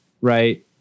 right